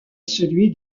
celui